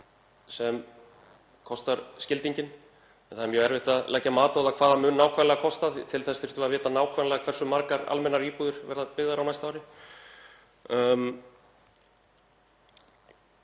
sem kostar skildinginn en það er mjög erfitt að leggja mat á það hvað það mun nákvæmlega kosta, til þess þyrftum við að vita nákvæmlega hversu margar almennar íbúðir verða byggðar á næsta ári.